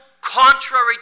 contrary